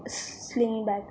sling bag